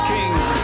Kings